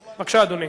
בבקשה, אדוני.